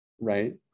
Right